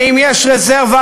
ואם יש רזרבה,